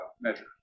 measure